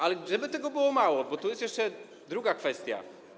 Ale jakby tego było mało, tu jest jeszcze druga kwestia.